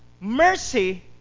mercy